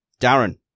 Darren